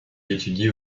étudie